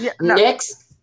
next